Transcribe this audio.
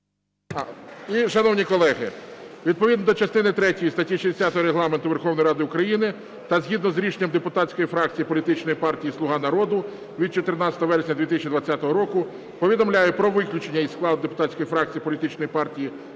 І, шановні колеги, відповідно до частини третьої статті 60 Регламенту Верховної Ради України та згідно з рішенням депутатської фракції політичної партії "Слуга народу" від 14 вересня 2020 року, повідомляю про виключення із складу депутатської фракції політичної партії "Слуга народу"